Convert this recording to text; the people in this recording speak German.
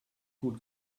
gut